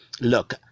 look